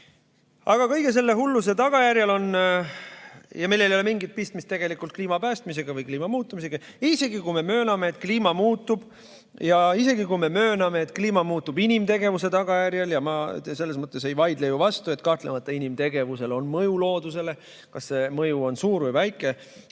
Aga kõige selle hulluse tagajärjel, millel ei ole mingit pistmist kliima päästmisega või kliima muutumisega, ja isegi kui me mööname, et kliima muutub, ja isegi kui me mööname, et kliima muutub inimtegevuse tagajärjel, ja ma selles mõttes ei vaidle ju vastu, et kahtlemata inimtegevusel on mõju loodusele – kas see mõju on suur või väike,